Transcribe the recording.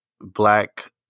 Black